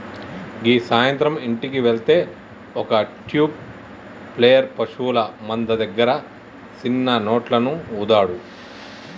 గీ సాయంత్రం ఇంటికి వెళ్తే ఒక ట్యూబ్ ప్లేయర్ పశువుల మంద దగ్గర సిన్న నోట్లను ఊదాడు